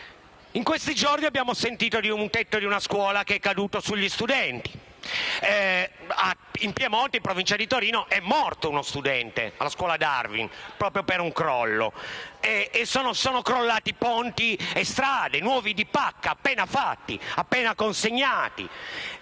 In questi giorni abbiamo sentito del tetto di una scuola che è caduto sugli studenti. In Piemonte, in Provincia di Torino, è morto uno studente, al liceo «Darwin», proprio per un crollo. Sono crollati ponti e strade, nuovi di pacca, appena fatti, appena consegnati.